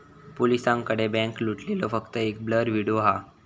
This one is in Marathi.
पोलिसांकडे बॅन्क लुटलेलो फक्त एक ब्लर व्हिडिओ हा